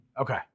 Okay